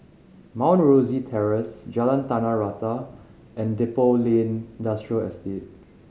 Mount Rosie Terrace Jalan Tanah Rata and Depot Lane Industrial Estate